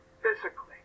physically